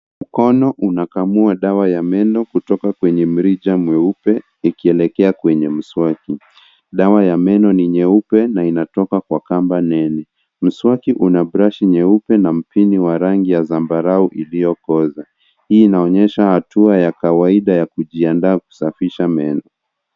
Mkono unakamua dawa ya meno kutoka kwenye mrija mweupe ikielekea kwenye mswaki. Dawa ya meno ni nyeupe na inatoka kwa kamba nene. Mswaki una brashi nyeupe na mpini wa rangi ya zambarau iliyokoza. Hii inaonyesha hatua ya kawaida ya kujiandaa kusafisha meno.